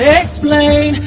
explain